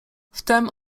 wtem